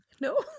no